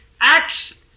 Acts